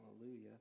hallelujah